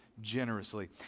generously